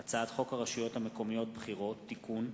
וכלה בהצעת חוק פ/1244/18: הצעת חוק הרשויות המקומיות (בחירות) (תיקון,